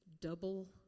double